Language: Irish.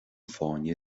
fáinne